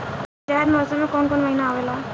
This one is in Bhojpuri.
जायद मौसम में काउन काउन महीना आवेला?